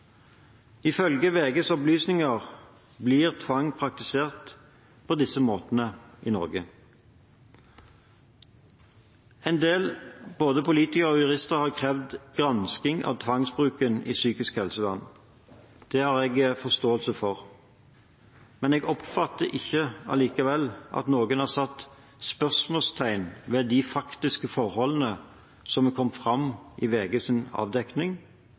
Ifølge VGs opplysninger blir tvang praktisert på disse måtene i Norge. En del politikere og jurister har krevd gransking av tvangsbruken i psykisk helsevern. Det har jeg forståelse for, men jeg oppfatter likevel ikke at noen har satt spørsmålstegn ved de faktiske forholdene som er kommet fram i